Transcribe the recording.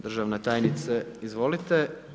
Državna tajnice, izvolite.